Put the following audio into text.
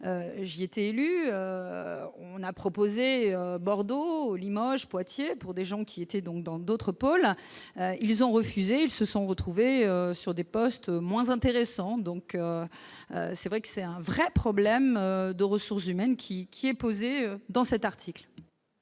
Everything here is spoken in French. j'ai été élu, on a proposé, Bordeaux, Limoges, Poitiers, pour des gens qui étaient donc dans d'autres pôles, ils ont refusé, ils se sont retrouvés sur des postes moins intéressant, donc c'est vrai que c'est un vrai problème de ressources humaines qui qui est posée dans cet article.